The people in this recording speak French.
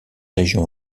régions